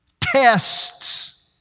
tests